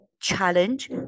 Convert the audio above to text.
challenge